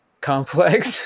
complex